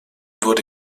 wurde